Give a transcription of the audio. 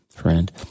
Friend